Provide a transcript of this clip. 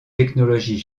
technologies